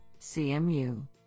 CMU